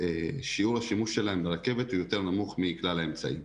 שיעור השימוש שלהם ברכבת יותר נמוך מכלל האמצעים.